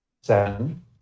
Seven